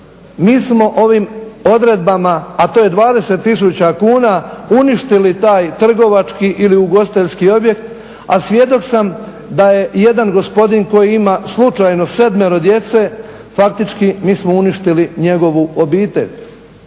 mi smo ovim odredbama a to je 20 tisuća kuna uništili taj trgovački ili ugostiteljski objekt a svjedok sam da je jedan gospodin koji ima slučajno sedmero djece faktički mi smo uništili njegovu obitelj.